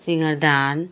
श्रृंगारदान